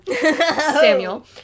Samuel